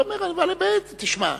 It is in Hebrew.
תשמע,